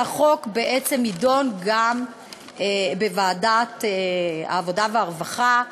והחוק בעצם יידון גם בוועדת העבודה והרווחה,